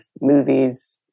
movies